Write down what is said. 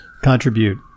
contribute